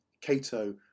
Cato